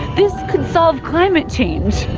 this could solve climate change.